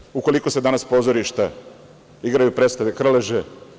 Ne znam u koliko se danas pozorišta igraju predstave Krleže.